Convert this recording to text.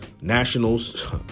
Nationals